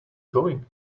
going